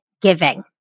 giving